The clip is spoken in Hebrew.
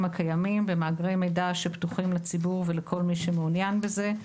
הקיימים במאגרי מידע שפתוחים לציבור ולכל מי שמעוניין בזה.